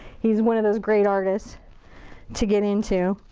he's one of those great artists to get into.